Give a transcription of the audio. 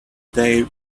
day